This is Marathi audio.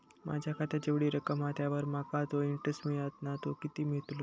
माझ्या खात्यात जेवढी रक्कम हा त्यावर माका तो इंटरेस्ट मिळता ना तो किती मिळतलो?